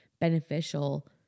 beneficial